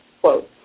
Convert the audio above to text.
quote